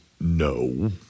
no